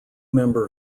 member